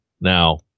Now